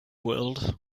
world